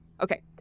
Okay